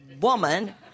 woman